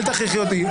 אל תכריחי אותי.